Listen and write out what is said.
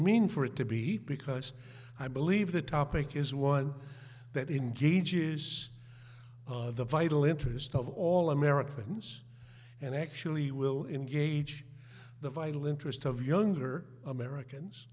mean for it to be because i believe the topic is one that in good use of the vital interest of all americans and actually will in gauge the vital interest of younger americans